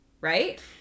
Right